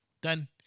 Done